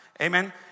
Amen